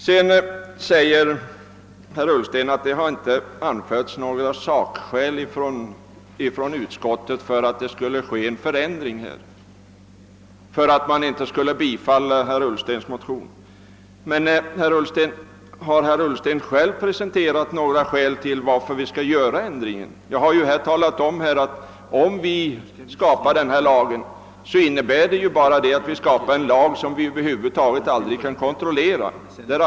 Vidare säger herr Ullsten att det inte har anförts några sakskäl från utskottets sida för att man inte skulle bifalla herr Ullstens motion. Men, herr Ullsten, har herr Ullsten själv presenterat skäl för att vi skulle göra ändringen? Jag har ju här talat om att om vi tillskapar denna lag, innebär det, att vi inför en lag, beträffande vilken vi över huvud taget aldrig kan kontrollera att den efterlevs.